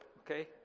Okay